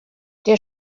der